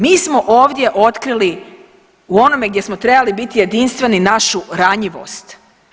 Mi smo ovdje otkrili u onome gdje smo trebali biti jedinstveni našu ranjivost.